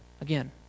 Again